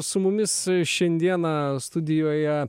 su mumis šiandieną studijoje